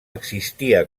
existia